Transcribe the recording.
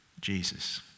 Jesus